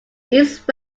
east